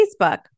Facebook